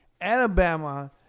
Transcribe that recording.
Alabama